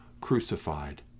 crucified